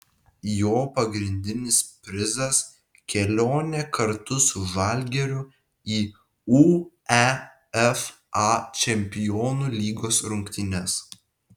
jo pagrindinis prizas kelionė kartu su žalgiriu į uefa čempionų lygos rungtynes